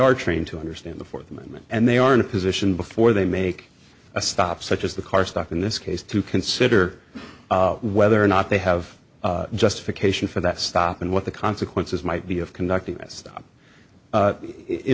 are trained to understand the fourth amendment and they are in a position before they make a stop such as the car stuck in this case to consider whether or not they have justification for that stop and what the consequences might be of conducting th